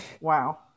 Wow